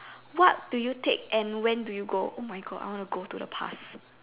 what do you take and when do you go oh my God I want to go to the past